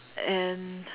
and